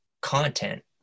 content